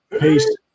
Peace